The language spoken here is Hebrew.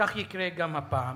כך יקרה גם הפעם,